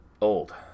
old